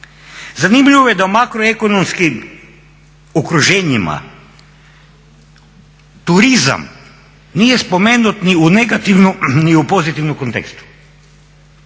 Zanimljivo je da u makroekonomskim okruženjima turizam nije spomenut ni u negativnom ni u pozitivnom kontekstu.